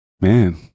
Man